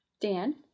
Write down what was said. Dan